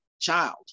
child